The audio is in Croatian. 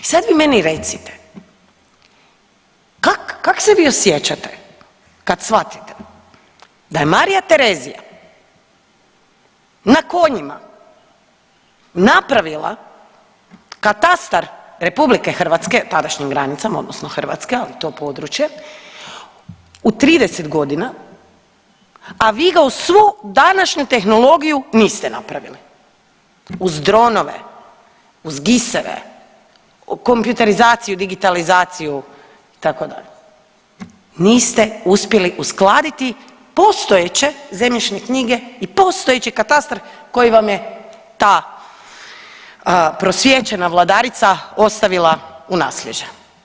I sad vi meni recite, kak, kak se vi osjećate kad shvatite da je Marija Terezija na konjima napravila katastar RH, u tadanjim granicama, odnosno Hrvatske, to područje u 30 godina, a vi ga uz svu današnju tehnologiju niste napravili, uz dronove, uz GIS-eve, kompjuterizaciju, digitalizaciju, itd., niste uspjeli uskladiti postojeće zemljišne knjige i postojeći katastar koji vam je ta prosvjećena vladarica ostavila u nasljeđe.